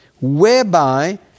whereby